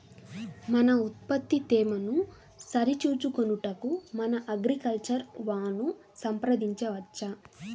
మన ఉత్పత్తి తేమను సరిచూచుకొనుటకు మన అగ్రికల్చర్ వా ను సంప్రదించవచ్చా?